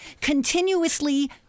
continuously